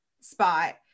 spot